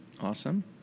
Awesome